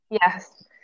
Yes